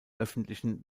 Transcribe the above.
öffentlichen